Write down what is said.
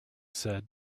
said